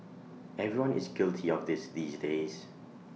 everyone is guilty of this these days